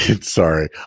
sorry